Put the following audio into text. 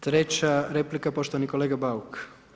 Treća replika, poštovani kolega Bauk.